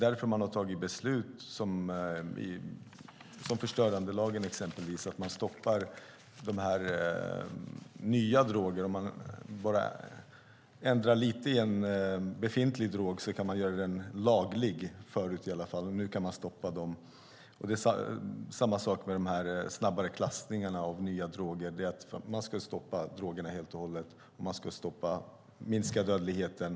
Därför har man fattat beslut om exempelvis förstörandelagen som innebär att man kan stoppa de nya drogerna. Om man ändrade lite i en befintlig drog kunde man tidigare göra den laglig. Nu kan man stoppa det. Samma sak gäller de snabbare klassningarna av nya droger. Det handlar om att stoppa drogerna helt och hållet för att minska dödligheten.